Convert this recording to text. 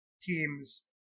teams